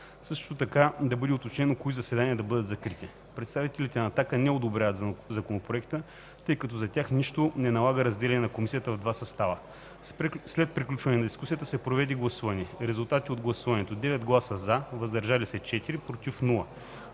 Също така да бъде уточнено кои заседания да бъдат закрити. Представителите на „Атака” не одобряват Законопроекта, тъй като за тях нищо не налага разделяне на Комисията в два състава. След приключване на дискусията се проведе гласуване. Резултати от гласуването: „за“ – 9 гласа, без „против”